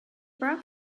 brought